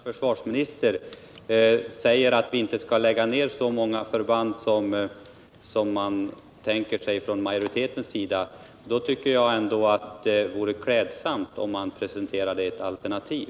Herr talman! Jag tycker ändå att om en av socialdemokraternas ledande företrädare i utskottet, f. d. försvarsministern, säger att vi inte skall lägga ned så många förband som man tänker sig från majoritetens sida vore det klädsamt om han presenterade ett alternativ.